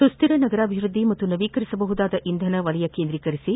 ಸುಸ್ತಿರ ನಗರಾಭಿವೃದ್ದಿ ಮತ್ತು ನವೀಕರಿಸಬಹುದಾದ ಇಂಧನ ವಲಯ ಕೇಂದ್ರೀಕರಿಸಿ